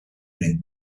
brain